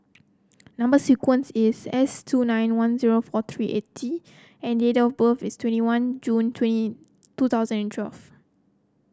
number sequence is S two nine one zero four three eight T and date of birth is twenty one June twenty two thousand and twelve